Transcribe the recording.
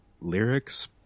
lyrics